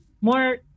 more